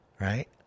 right